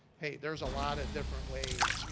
hey, there's a lot of different ways, you